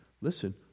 Listen